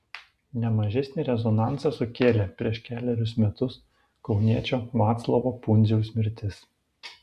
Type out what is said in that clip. ne mažesnį rezonansą sukėlė prieš kelerius metus kauniečio vaclovo pundziaus mirtis